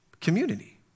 community